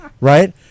right